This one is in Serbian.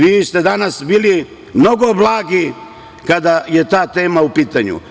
Vi ste danas bili mnogo blagi kada je ta tema u pitanju.